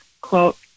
quote